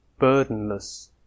burdenless